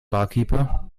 barkeeper